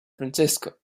francisco